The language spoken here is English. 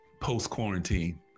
post-quarantine